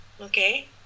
okay